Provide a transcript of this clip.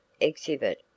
exhibit